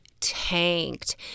tanked